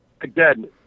again